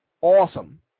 awesome